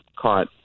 caught